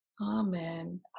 Amen